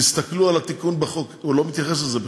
תסתכלו על התיקון בחוק, הוא לא מתייחס לזה בכלל.